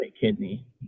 kidney